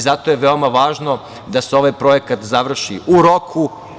Zato je veoma važno da se ovaj projekat završi u roku.